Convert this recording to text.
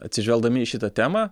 atsižvelgdami į šitą temą